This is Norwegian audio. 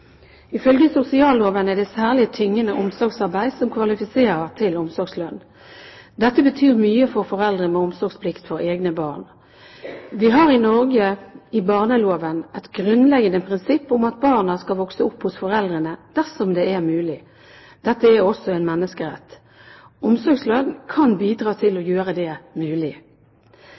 Ifølge sosialtjenesteloven er det særlig tyngende omsorgsarbeid som kvalifiserer til omsorgslønn. Dette betyr mye for foreldre med omsorgsplikt for egne barn. Vi har i Norge, i barneloven, et grunnleggende prinsipp om at barna skal vokse opp hos foreldrene dersom det er mulig. Dette er også en menneskerett. Omsorgslønn kan bidra til å gjøre det mulig.